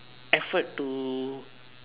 effort to